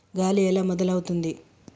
గాలి ఎలా మొదలవుతుంది?